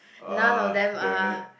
none of them are